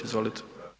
Izvolite.